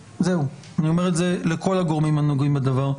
אני אומר את זה לכל הגורמים הנוגעים בדבר.